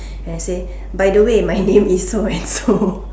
and I say by the way my name is so and so